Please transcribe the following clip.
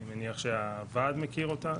נניח שהוועד מכיר אותה,